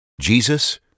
Jesus